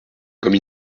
comme